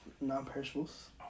Non-perishables